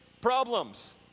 problems